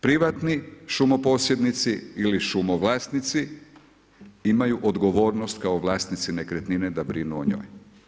Privatni šumoposjednici ili šumovlasnici imaju odgovornost kao vlasnici nekretnine da brinu o njoj.